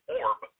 orb